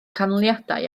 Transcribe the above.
canlyniadau